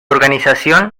organización